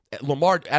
Lamar